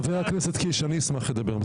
חבר הכנסת קיש, אשמח לדבר.